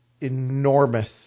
enormous